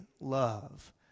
love